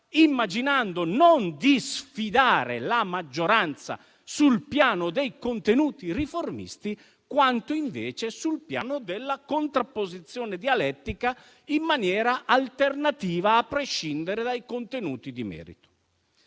immaginando di sfidare la maggioranza non tanto sul piano dei contenuti riformisti, quanto invece sul piano della contrapposizione dialettica in maniera alternativa, a prescindere dai contenuti di merito.